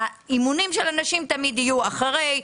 האימונים של הנשים תמיד יהיו אחרי,